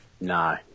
no